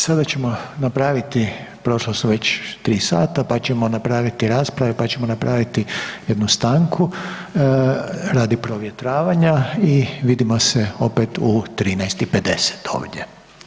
Sada ćemo napraviti, prošla su već tri sata, pa ćemo napraviti rasprave, pa ćemo napraviti jednu stanku radi provjetravanja i vidimo se opet u 13 i 50 ovdje.